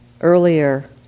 earlier